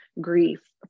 grief